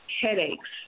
headaches